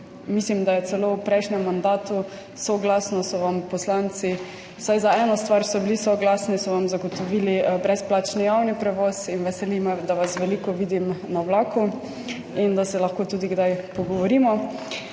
Mislim, da je celo v prejšnjem mandatu, soglasno so vam poslanci, vsaj za eno stvar so bili soglasni, so vam zagotovili brezplačni javni prevoz in veseli me, da vas veliko vidim na vlaku, in da se lahko tudi kdaj pogovorimo.